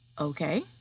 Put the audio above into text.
Okay